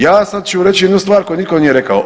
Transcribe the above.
Ja sad ću reći jednu stvar koju nitko nije rekao.